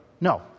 No